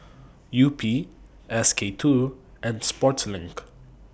Yupi S K two and Sportslink